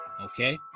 Okay